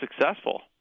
successful